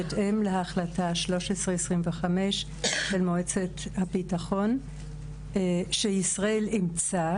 בהתאם להחלטה 1325 של מועצת הביטחון שישראל אימצה,